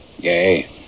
Gay